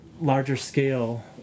larger-scale